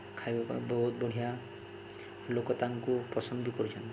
ଖାଇବା ପାଇଁ ବହୁତ ବଢ଼ିଆ ଲୋକ ତାଙ୍କୁ ପସନ୍ଦ ବି କରୁଛନ୍ତି